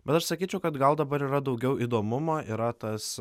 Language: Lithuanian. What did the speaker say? bet aš sakyčiau kad gal dabar yra daugiau įdomumo yra tas